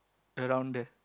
around there